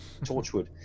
Torchwood